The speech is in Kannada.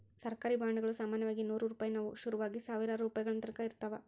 ಸರ್ಕಾರಿ ಬಾಂಡುಗುಳು ಸಾಮಾನ್ಯವಾಗಿ ನೂರು ರೂಪಾಯಿನುವು ಶುರುವಾಗಿ ಸಾವಿರಾರು ರೂಪಾಯಿಗಳತಕನ ಇರುತ್ತವ